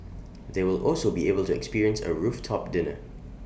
they will also be able to experience A rooftop dinner